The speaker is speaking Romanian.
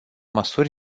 măsuri